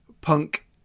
Punk